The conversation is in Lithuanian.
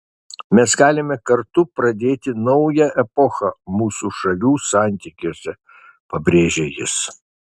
mes galime kartu pradėti naują epochą mūsų šalių santykiuose pabrėžė jis